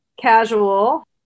casual